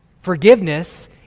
Forgiveness